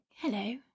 Hello